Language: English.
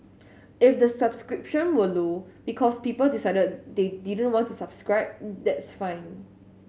if the subscription were low because people decided they didn't want to subscribe that's fine